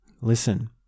listen